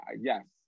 yes